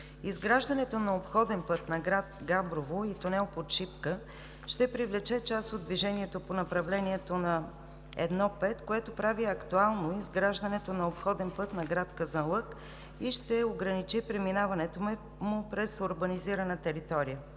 Изграждането на обходен път на град Габрово и тунела под Шипка ще привлече част от движението по направлението на I-5, което прави актуално изграждането на обходен път на град Казанлък и ще ограничи преминаването му през урбанизирана територия.